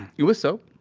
it was soap.